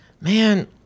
Man